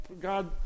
God